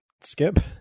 skip